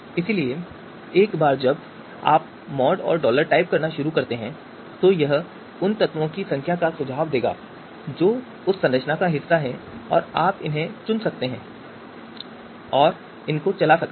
इसलिए एक बार जब आप मॉड और डॉलर टाइप करना शुरू कर देते हैं तो यह उन तत्वों की संख्या का सुझाव देगा जो उस संरचना का हिस्सा हैं और आप चुन सकते हैं और आप उसे चला सकते हैं